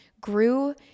grew